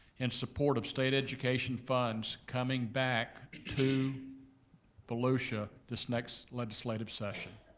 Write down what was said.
in support of state education funds coming back to volusia this next legislative session.